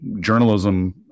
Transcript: journalism